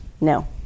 No